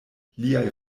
liaj